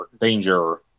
danger